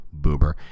boober